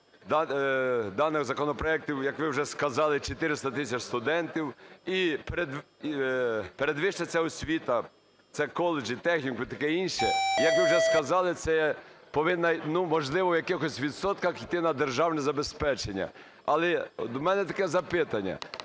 даних законопроектів, як ви вже сказали, 400 тисяч студентів. І передвища ця освіта – це коледжі, технікуми і таке інше. Як ви вже сказали, це повинна, ну, можливо, в якихось відсотках йти на державне забезпечення. Але у мене таке запитання.